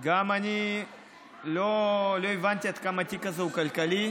גם אני לא הבנתי עד כמה התיק הזה הוא כלכלי.